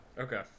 Okay